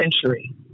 century